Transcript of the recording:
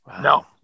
No